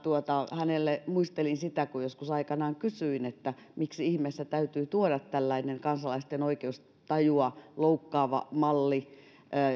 hänelle muistelin sitä miten joskus aikanaan kysyin että miksi ihmeessä täytyy tuoda tällainen kansalaisten oikeustajua loukkaava malli